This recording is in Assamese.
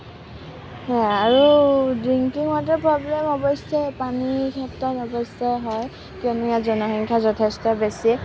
আৰু ড্ৰিংকিঙ ৱাটাৰ প্ৰব্লেম অৱশ্যে পানীৰ ক্ষেত্ৰত অৱশ্যে হয় কিয়নো ইয়াত জনসংখ্যা যথেষ্ট বেছি